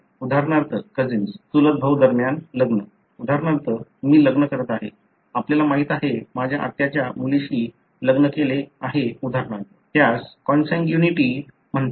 उदाहरणार्थ कझिन्स चुलत भाऊ दरम्यान लग्न उदाहरणार्थ मी लग्न करत आहे आपल्याला माहीत आहे माझ्या आत्याच्या मुलीशी लग्न केले आहे उदाहरणार्थ त्यास कॉन्सन्ग्यूनिटी म्हणतात